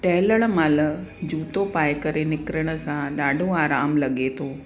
टहिलण महिल जूतो पाए करे निकरण सां ॾाढो आराम लॻे थो